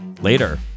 later